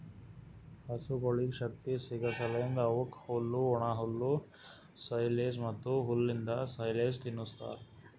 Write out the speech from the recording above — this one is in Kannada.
ಹಸುಗೊಳಿಗ್ ಶಕ್ತಿ ಸಿಗಸಲೆಂದ್ ಅವುಕ್ ಹುಲ್ಲು, ಒಣಹುಲ್ಲು, ಸೈಲೆಜ್ ಮತ್ತ್ ಹುಲ್ಲಿಂದ್ ಸೈಲೇಜ್ ತಿನುಸ್ತಾರ್